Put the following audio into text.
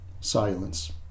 Silence